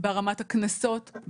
ברמת הקנסות,